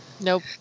Nope